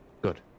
Good